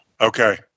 okay